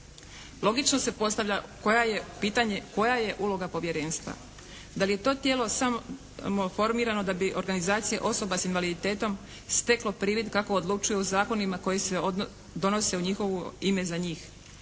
Logično se postavlja pitanje koja je uloga Povjerenstva? Da li je to tijelo samo formirano da bi organizacija osoba s invaliditetom steklo privid kako odlučuju o zakonima koji se donose u njihovo ime za njih.